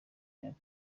myaka